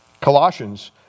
Colossians